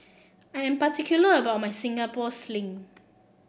I am particular about my Singapore Sling